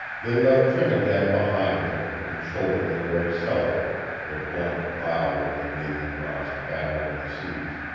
they left trinidad behind them, and shouldered their way southward, the blunt bow of the nathan ross battering the seas.